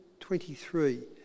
23